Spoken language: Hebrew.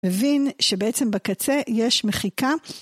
מבין שבעצם בקצה יש מחיקה.